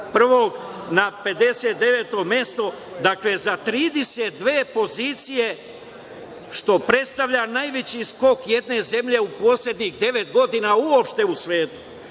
sa 91 na 59 mesto, dakle za 32 pozicije , što predstavlja najveći skok jedne zemlje u poslednjih devet godina, uopšte u svetu.